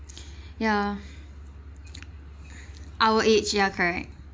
ya our age ya correct